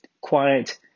quiet